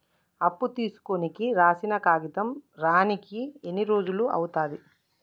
అప్పు తీసుకోనికి రాసిన కాగితం రానీకి ఎన్ని రోజులు అవుతది?